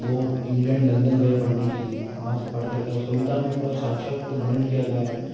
वो England London गए पढ़ने के लिए वहाँ से पढ़ कर के आए उस कविता में पूरा साक्षात वर्णन किया गया है